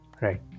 Right